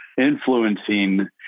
influencing